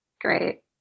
great